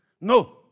No